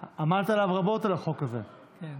כן,